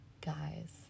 Guys